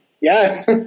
Yes